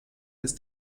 ist